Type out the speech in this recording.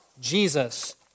Jesus